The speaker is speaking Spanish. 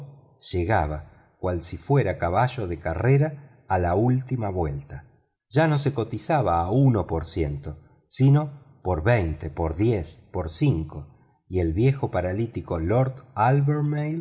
llegaba cual si fuera caballo de carrera a la última vuelta ya no se cotizaba a uno por ciento sino por veinte por diez por cinco y el viejo paralítico lord alben